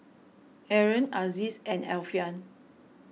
Aaron Aziz and Alfian